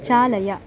चालय